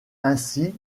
ainsi